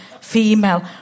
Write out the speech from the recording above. female